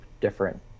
different